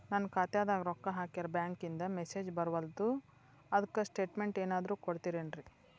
ನನ್ ಖಾತ್ಯಾಗ ರೊಕ್ಕಾ ಹಾಕ್ಯಾರ ಬ್ಯಾಂಕಿಂದ ಮೆಸೇಜ್ ಬರವಲ್ದು ಅದ್ಕ ಸ್ಟೇಟ್ಮೆಂಟ್ ಏನಾದ್ರು ಕೊಡ್ತೇರೆನ್ರಿ?